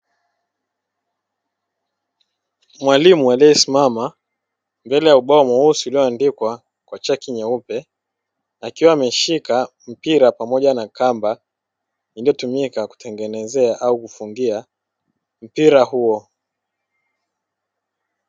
Mwalimu aliyesimama mbele ya ubao mweusi ulioandikwa kwa chaki nyeupe, akiwa ameshika mpira pamoja na kamba iliyotumika kutengenezea au kufungia mpira huo.